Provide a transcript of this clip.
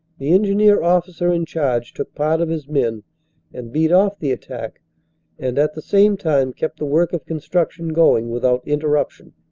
the engineer officer in charge took part of his men and beat off the attack and at the same time kept the work of construction going without interruption.